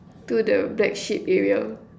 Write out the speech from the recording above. to the black sheep area